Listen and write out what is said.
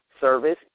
Service